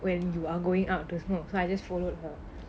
when you are going out to smoke so I just followed her